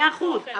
מאה אחוז,